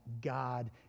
God